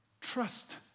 trust